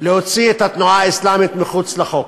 להוציא את התנועה האסלאמית מחוץ לחוק.